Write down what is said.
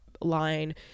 line